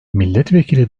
milletvekili